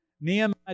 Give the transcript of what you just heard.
Nehemiah